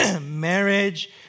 marriage